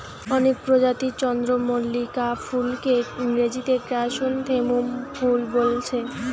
অনেক প্রজাতির চন্দ্রমল্লিকা ফুলকে ইংরেজিতে ক্র্যাসনথেমুম ফুল বোলছে